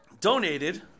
donated